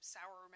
Sour